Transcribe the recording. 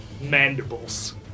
mandibles